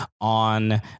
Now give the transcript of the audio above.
on